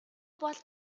бол